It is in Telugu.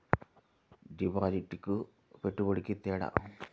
డిపాజిట్కి పెట్టుబడికి తేడా?